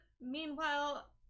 Meanwhile